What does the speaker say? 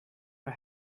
for